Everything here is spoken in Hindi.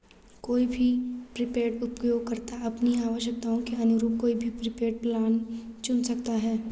कोई भी प्रीपेड उपयोगकर्ता अपनी आवश्यकताओं के अनुरूप कोई भी प्रीपेड प्लान चुन सकता है